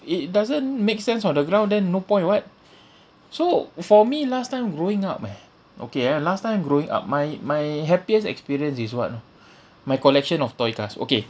it doesn't make sense on the ground then no point [what] so for me last time growing up eh okay ah last time growing up my my happiest experience is what you know my collection of toy cars okay